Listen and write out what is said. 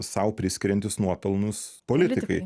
sau priskiriantys nuopelnus politikai